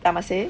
I must say